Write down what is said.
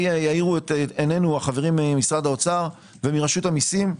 יאירו עינינו החברים ממשרד האוצר ומרשות המיסים.